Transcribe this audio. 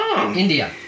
India